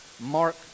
Mark